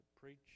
preach